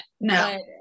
no